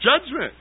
judgment